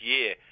year